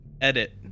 Edit